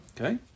Okay